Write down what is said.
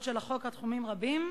אז אני מקדם את חברת הכנסת גילה גמליאל